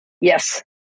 Yes